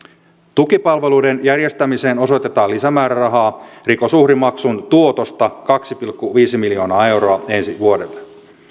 tukipalveluiden järjestämiseen osoitetaan lisämäärärahaa rikosuhrimaksun tuotosta kaksi pilkku viisi miljoonaa euroa ensi vuodelle